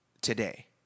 today